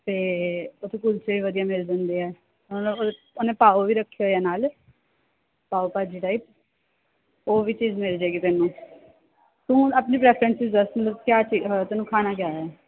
ਅਤੇ ਉੱਥੇ ਕੁਲਚੇ ਵੀ ਵਧੀਆ ਮਿਲ ਜਾਂਦੇ ਆ ਉਹਨੇ ਪਾਓ ਵੀ ਰੱਖੇ ਹੋਏ ਆ ਨਾਲ ਪਾਓ ਭਾਜੀ ਟਾਈਪ ਉਹ ਵੀ ਚੀਜ਼ ਮਿਲ ਜਾਵੇਗੀ ਤੈਨੂੰ ਤੂੰ ਆਪਣੀ ਪ੍ਰੈਫਰੈਂਸਸ 'ਚ ਦੱਸ ਕਿਆ ਚਾ ਤੈਨੂੰ ਖਾਣਾ ਕਿਆ ਹੈ